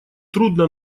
трудно